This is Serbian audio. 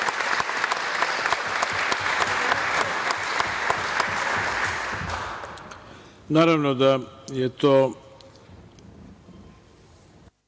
Naravno da je to